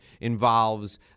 involves